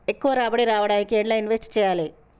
ఎక్కువ రాబడి రావడానికి ఎండ్ల ఇన్వెస్ట్ చేయాలే?